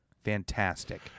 fantastic